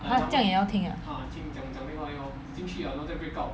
!huh! 这样也要听 ah